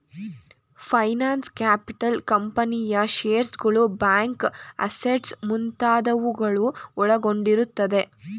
finance capital ಕಂಪನಿಯ ಶೇರ್ಸ್ಗಳು, bank assets ಮುಂತಾದವುಗಳು ಒಳಗೊಂಡಿರುತ್ತದೆ